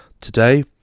Today